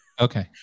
Okay